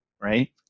right